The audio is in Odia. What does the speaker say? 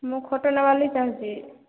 ମୁଁ ଖଟ ନେବା ଲାଗି ଚାଁହୁଛି